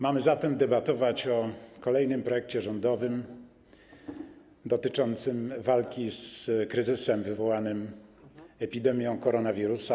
Mamy zatem debatować o kolejnym projekcie rządowym dotyczącym walki z kryzysem wywołanym epidemią koronawirusa.